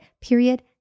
period